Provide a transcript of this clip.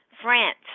France